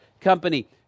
company